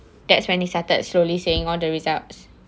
that's when they started slowly saying all the results